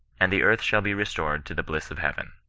and the earth shall be restored to the bliss of heaven.